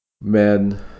Men